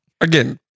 Again